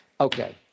Okay